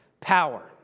power